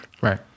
Right